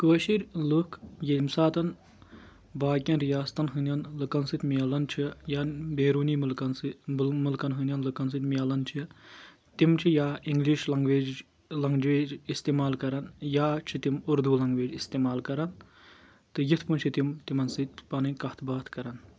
کٲشِر لُکھ ییٚمہِ ساتَن باقیَن ریاستن ہٕنٛدؠن لُکَن سۭتۍ مِلان چھِ یا بیروٗنی مُلکَن سۭتۍ مُلکَن ہٕنٛدؠن لُکَن سۭتۍ مِلان چھِ تِم چھِ یا اِنگلِش لَنٛگویج لَنٛگویج استِعمال کَرَان یا چھِ تِم اردوٗ لَنٛگویج استعمال کَرَان تہٕ یِتھ پٲٹھۍ چھِ تِم تِمَن سۭتۍ پَنٕنۍ کَتھ باتھ کرَان